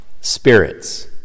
Spirits